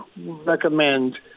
recommend